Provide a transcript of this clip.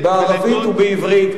בערבית ובעברית.